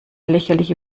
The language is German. lächerliche